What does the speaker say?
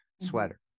sweater